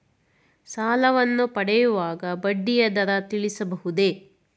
ಸಾಲವನ್ನು ಪಡೆಯುವಾಗ ಬಡ್ಡಿಯ ದರ ತಿಳಿಸಬಹುದೇ?